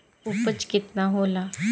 उपज केतना होला?